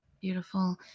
beautiful